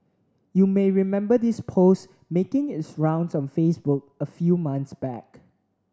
you may remember this post making its rounds on Facebook a few months back